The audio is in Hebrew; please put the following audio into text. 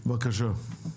בבקשה.